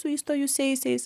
su įstojusiaisiais